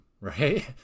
right